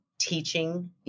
teaching